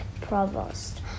Provost